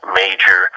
major